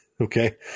Okay